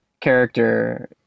character